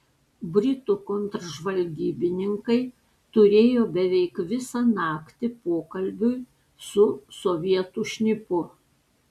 britų kontržvalgybininkai turėjo beveik visą naktį pokalbiui su sovietų šnipu